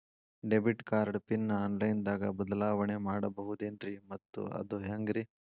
Debit card pin online ದಾಗ ಬದಲಾವಣೆ ಮಾಡಬಹುದೇನ್ರಿ ಮತ್ತು ಅದು ಹೆಂಗ್ರಿ?